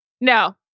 No